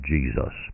Jesus